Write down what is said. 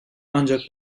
ancak